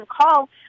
call